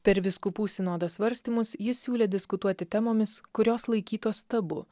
per vyskupų sinodos svarstymus jis siūlė diskutuoti temomis kurios laikytos tabu